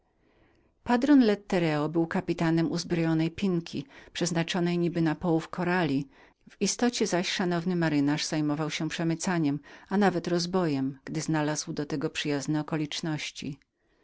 patron lettereo był kapitanem uzbrojonego jachtu przeznaczonego niby na połów korali w istocie zaś szanowny marynarz zajmował się przemycaniem a nawet rozbojem gdy znalazł do tego przyjazne okoliczności